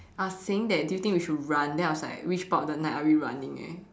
I was saying that do you think we should run then I was like which part of the night are we running eh